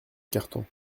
carton